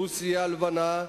רוסיה הלבנה,